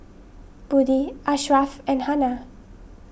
Budi Ashraf and Hana